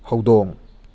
ꯍꯧꯗꯣꯡ